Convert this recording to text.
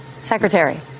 secretary